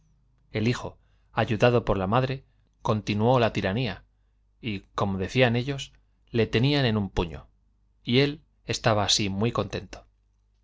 hijo ayudado por la madre continuó la tiranía y como decían ellos le tenían en un puño y él estaba así muy contento